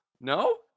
no